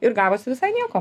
ir gavosi visai nieko